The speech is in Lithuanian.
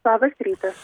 labas rytas